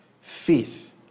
Faith